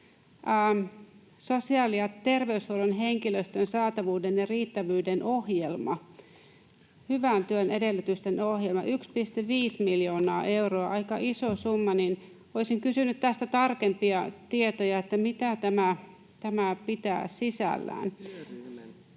sosiaali- ja terveyshuollon henkilöstön saatavuuden ja riittävyyden ohjelmaan, hyvän työn edellytysten ohjelmaan, 1,5 miljoonaa euroa — aika iso summa. Olisin kysynyt tästä tarkempia tietoja, mitä tämä pitää sisällään.